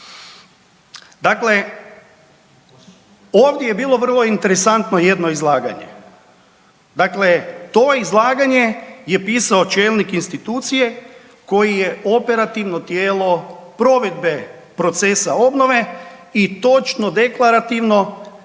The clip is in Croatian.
Dakle, ovdje je bilo vrlo interesantno jedno izlaganje. Dakle, to izlaganje je pisao čelnik institucije koji je operativno tijelo provedbe procesa obnove i točno deklarativno,